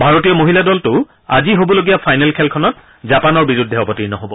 ভাৰতীয় মহিলা দলটো আজি হবলগীয়া ফাইনেল খেলখনত জাপানৰ বিৰুদ্ধে অৱতীৰ্ণ হব